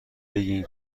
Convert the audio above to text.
بگین